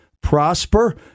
prosper